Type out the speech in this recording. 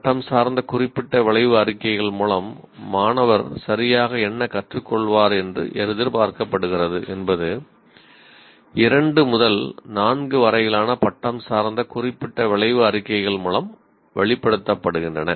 பட்டம் சார்ந்த குறிப்பிட்ட விளைவு அறிக்கைகள் மூலம் மாணவர் சரியாக என்ன கற்றுக் கொள்வார் என்று எதிர்பார்க்கப்படுகிறது என்பது 2 முதல் 4 வரையிலான பட்டம் சார்ந்த குறிப்பிட்ட விளைவு அறிக்கைகள் மூலம் வெளிப்படுத்தப்படுகின்றன